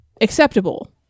acceptable